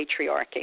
patriarchy